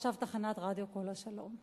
ועכשיו תחנת רדיו "כל השלום".